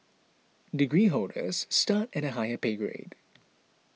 degree holders start at a higher pay grade